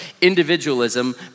Individualism